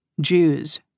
Jews